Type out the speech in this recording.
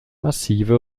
massive